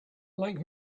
like